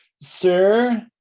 Sir